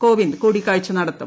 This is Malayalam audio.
കോവിന്ദ് കൂടിക്കാഴ്ച നടത്തും